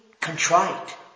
contrite